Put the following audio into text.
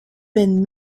been